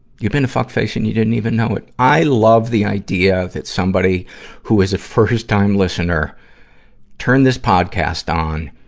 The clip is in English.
you've been a fuckface and you didn't even know it. i love the idea that somebody who is a first-time listener turned this podcast on,